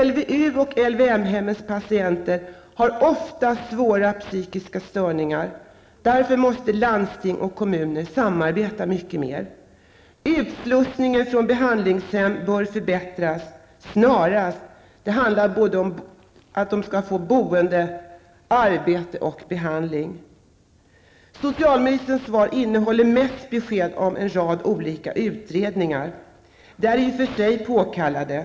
LVU och LVM-hemmens patienter har ofta svåra psykiska störningar. Därför måste landsting och kommuner samarbeta mycket mer. Utslussningen från behandlingshem bör förbättras snarast. Det handlar både om boende, arbete och behandling. Socialministerns svar innehåller mest besked om en rad olika utredningar. De är i och för sig påkallade.